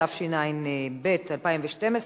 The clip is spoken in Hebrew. התשע"ב 2012,